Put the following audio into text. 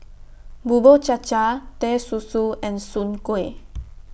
Bubur Cha Cha Teh Susu and Soon Kueh